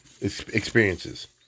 experiences